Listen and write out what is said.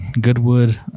Goodwood